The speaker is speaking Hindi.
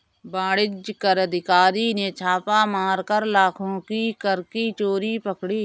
वाणिज्य कर अधिकारी ने छापा मारकर लाखों की कर की चोरी पकड़ी